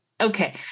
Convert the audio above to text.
Okay